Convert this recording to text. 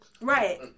Right